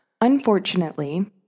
Unfortunately